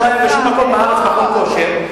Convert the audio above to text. כשלא היה בשום מקום בארץ מכון כושר,